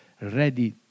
ready